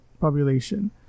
population